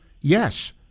Yes